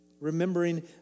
remembering